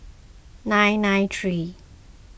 nine nine three